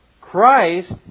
Christ